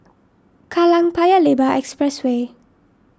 Kallang Paya Lebar Expressway